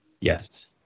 Yes